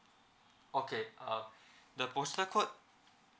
okay uh the postal code